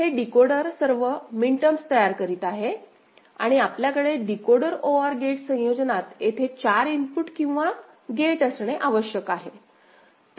तर हे डीकोडर सर्व मिन टर्म्स तयार करीत आहे आणि आपल्याकडे डीकोडर ओआर गेट संयोजनात येथे 4 इनपुट किंवा गेट असणे आवश्यक आहे